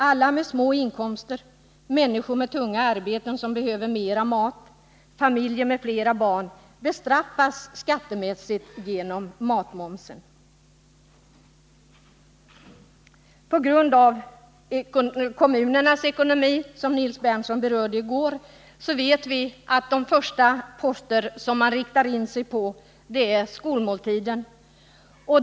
Alla med små inkomster, människor med tunga arbeten som behöver mera mat och familjer med flera barn bestraffas skattemässigt genom matmomsen. Kommunernas ekonomiska situation, som Nils Berndtson berörde i går, gör att de för att spara först inriktar sig på skolmåltiden.